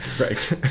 Right